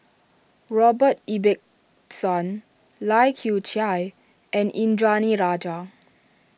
Robert Ibbetson Lai Kew Chai and Indranee Rajah